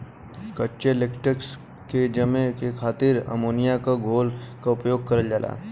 कच्चे लेटेक्स के जमे क खातिर अमोनिया क घोल क उपयोग करल जाला